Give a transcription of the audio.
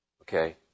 Okay